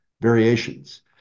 variations